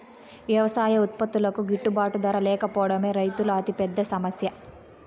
వ్యవసాయ ఉత్పత్తులకు గిట్టుబాటు ధర లేకపోవడమే రైతుల అతిపెద్ద సమస్య